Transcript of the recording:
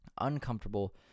uncomfortable